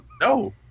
No